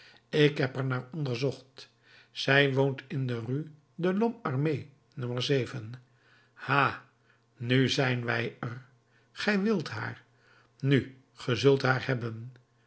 ik heb er naar onderzocht zij woont in de rue de lhomme armé no ha nu zijn wij er ge wilt haar nu ge zult haar hebben